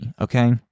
okay